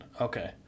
okay